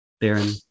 Baron